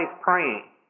praying